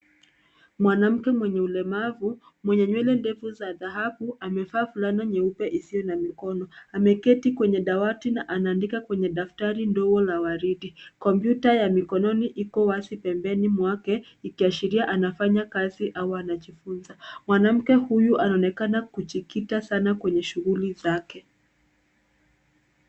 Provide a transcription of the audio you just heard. Mwanamke mwenye ulemavu, mwenye nywele ndefu za dhahabu, amevaa fulana nyeupe isio na mikono. Ameketi kwenye dawati na anaandika kwenye daftari ndogo la waridi. Kompyuta ya mikononi iko wazi pembeni mwake, ikiashiria anafanya kazi au anajifunza. Mwanamke huyu anaonekana kujikita sana kwenye shughuli zake.